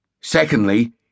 Secondly